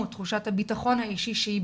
רק כאשר התקשרתי לאופיר ברקוביץ,